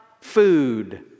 food